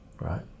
Right